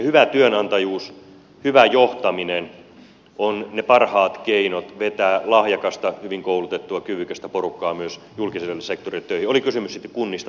hyvä työnantajuus hyvä johtaminen ovat ne parhaat keinot vetää lahjakasta hyvin koulutettua kyvykästä porukkaa myös julkiselle sektorille töihin oli kysymys sitten kunnista tai valtiosta